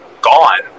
gone